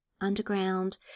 underground